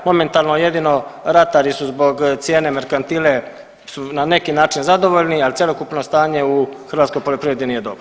Momentalno jedino ratari su zbog cijene merkantile su na neki način zadovoljni, ali cjelokupno stanje u hrvatskoj poljoprivredi nije dobro.